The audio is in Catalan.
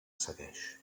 segueix